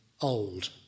old